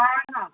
हा हा